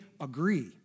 agree